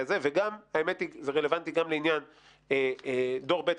והאמת היא שזה רלוונטי גם לעניין דור ב',